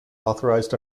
authorized